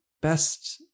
best